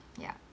ya